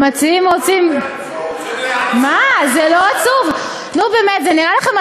המציעים רוצים, זה עצוב, זה לא